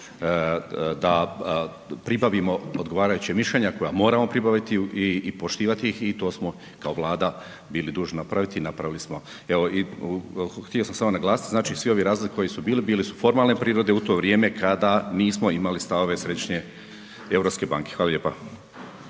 da pribavimo odgovarajuća mišljenja koja moramo pribaviti i poštivati ih, i to smo kao Vlada bili dužni napraviti, i napravili smo. Evo, i htio sam samo naglasiti, znači svi ovi razlozi koji su bili, bili su formalne prirode u to vrijeme kada nismo imali stavove Središnje europske banke. Hvala lijepa.